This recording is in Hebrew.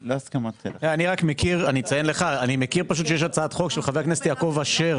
אני מכיר שיש הצעת חוק של חבר הכנסת יעקב אשר,